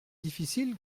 difficile